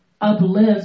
uplift